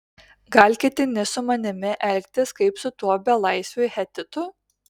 gal ketini su manimi elgtis kaip su tuo belaisviu hetitu